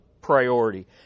priority